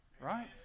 right